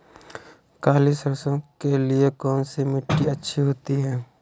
काली सरसो के लिए कौन सी मिट्टी अच्छी होती है?